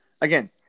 again